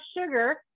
sugar